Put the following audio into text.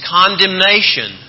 condemnation